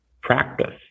practice